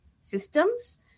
systems